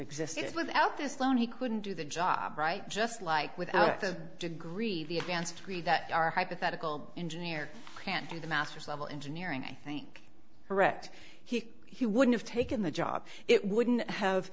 existed without this loan he couldn't do the job right just like without the degree the advanced degree that our hypothetical engineer can't do the master's level engineering i think correct he he would've taken the job it wouldn't have